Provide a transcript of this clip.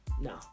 No